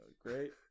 Great